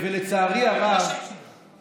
ולצערי הרב, מה השם שלה?